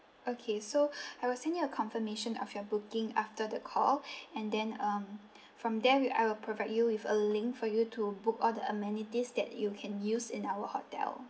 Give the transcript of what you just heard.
okay so I will send you a confirmation of your booking after the call and then um from there we I will provide you with a link for you to book all the amenities that you can use in our hotel